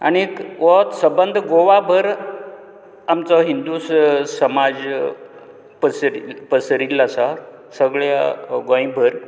आनीक हो सबंद गोवा भर आमचो हिंदू समाज पसरी पसरिल्लो आसा सगळ्यां गोंयभर